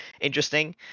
interesting